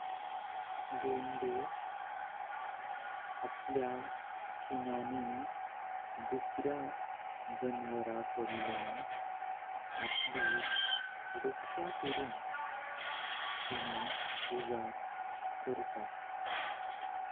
गेंडें आपल्या शिंगांनी दुसऱ्या जनावरांकडल्यांव आपली रक्षण करण तेजोमय करतात।